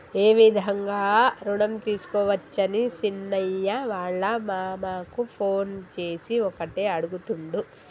ఏ విధంగా రుణం తీసుకోవచ్చని సీనయ్య వాళ్ళ మామ కు ఫోన్ చేసి ఒకటే అడుగుతుండు